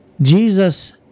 Jesus